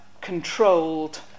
controlled